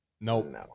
Nope